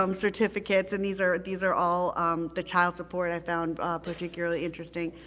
um certificates, and these are these are all um the child support i found particularly interesting.